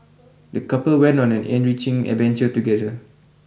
the couple went on an enriching adventure together